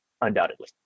undoubtedly